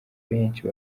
benshi